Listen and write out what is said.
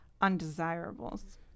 undesirables